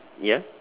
ya